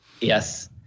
Yes